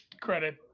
credit